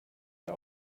der